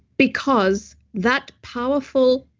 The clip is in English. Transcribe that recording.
because that powerful,